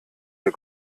der